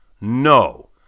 No